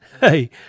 Hey